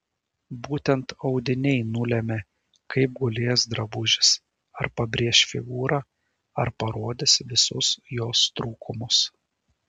būtent audiniai nulemia kaip gulės drabužis ar pabrėš figūrą ar parodys visus jos trūkumus